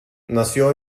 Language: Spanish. nació